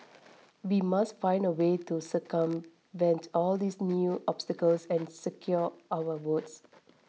we must find a way to circumvent all these new obstacles and secure our votes